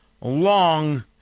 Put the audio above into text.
long